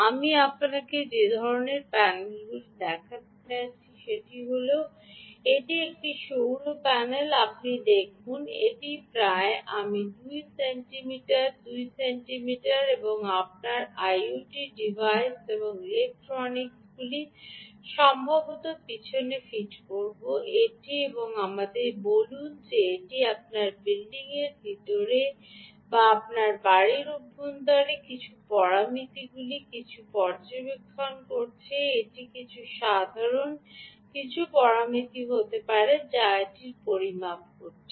আমি আপনাকে যে ধরণের প্যানেলগুলি দেখাতে চাইছি এটি হল এটি একটি সৌর প্যানেল আপনি দেখুন এটি প্রায় আমি 2 সেন্টিমিটার ক্রস 2 সেন্টিমিটার এবং আপনার আইওটি ডিভাইস এবং ইলেকট্রনিক্সগুলি সম্ভবত পিছনে ফিট করব এটি এবং আমাদের বলুন যে এটি আপনার বিল্ডিংয়ের ভিতরে বা আপনার বাড়ির অভ্যন্তরে কিছু পরামিতিগুলির কিছু পর্যবেক্ষণ করছে এটি কিছু সাধারণ কিছু পরামিতি হতে পারে যা এটি পরিমাপ করছে